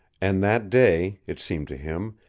and that day, it seemed to him,